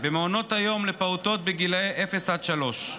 במעונות היום לפעוטות לגילי אפס עד שלוש.